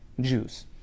Jews